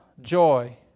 joy